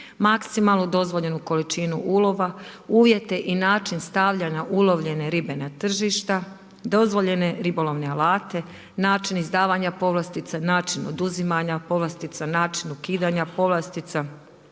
maksimalnu dozvoljenu količinu ulova, uvijete i način stavljanja ulovljene ribe na tržišta, dozvoljene ribolovne alate, način izdavanja povlastica, način oduzimanja povlastica, način ukidanja povlastica,